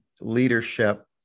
leadership